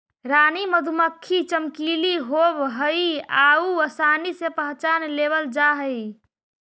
रानी मधुमक्खी चमकीली होब हई आउ आसानी से पहचान लेबल जा हई